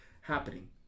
happening